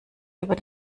über